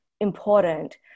important